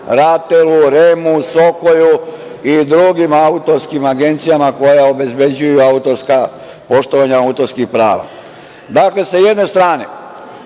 RATEL-u, REM-u, „Sokoju“ i drugim autorskim agencijama koje obezbeđuju poštovanje autorskih prava. Dakle, sa jedne strane,